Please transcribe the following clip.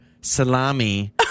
salami